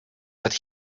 that